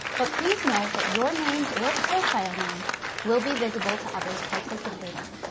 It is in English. but please note that your name or profile name will be visible to others participating.